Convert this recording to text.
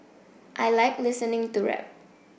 I like listening to rap